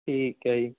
ਠੀਕ ਹੈ ਜੀ